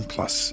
Plus